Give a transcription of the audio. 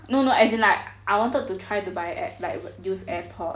no no as in like I wanted to buy like use airpod